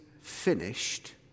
finished